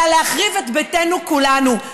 אלא להחריב את ביתנו כולנו.